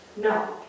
No